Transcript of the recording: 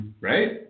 right